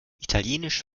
italienisch